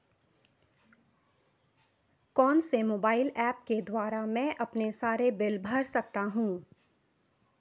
कौनसे mobile apps के द्वारा मैं अपने सारे बिल भर सकता हूं?